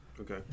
okay